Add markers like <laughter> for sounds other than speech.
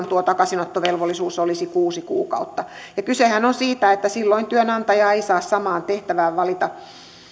<unintelligible> tuo takaisinottovelvollisuus olisi kuusi kuukautta kysehän on siitä että silloin työnantaja ei saa samaan tehtävään valita